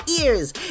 ears